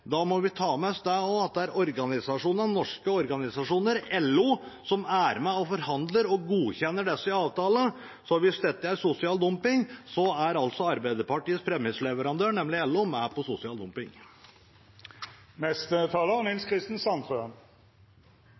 Da må vi ta med oss også at det er norske organisasjoner, LO, som er med og forhandler og godkjenner disse avtalene. Så hvis dette er sosial dumping, er altså Arbeiderpartiets premissleverandør, nemlig LO, med på sosial dumping.